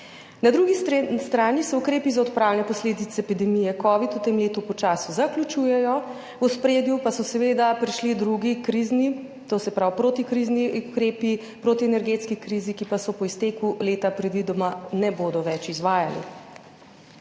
Na drugi strani se ukrepi za odpravljanje posledic epidemije Covid v tem letu počasi zaključujejo, v ospredju pa so seveda prišli drugi krizni, to se pravi, protikrizni ukrepi proti energetski krizi, ki pa so po izteku leta predvidoma ne bodo več izvajali.